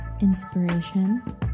inspiration